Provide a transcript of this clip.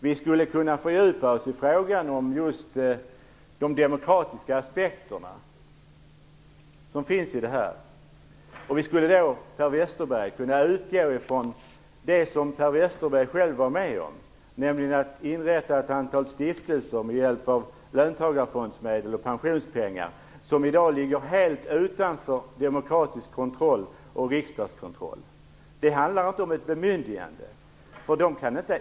Vi skulle kunna fördjupa oss i frågan om de demokratiska aspekterna som finns i detta. Vi skulle då, Per Westerberg, kunna utgå ifrån det som Per Westerberg själv var med om, nämligen att inrätta ett antal stiftelser med hjälp av löntagarfondsmedel och pensionspengar. De ligger i dag helt utanför demokratisk kontroll och riksdagskontroll. Det handlar inte om ett bemyndigande.